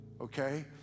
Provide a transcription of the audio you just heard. Okay